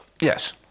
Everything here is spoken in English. Yes